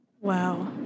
Wow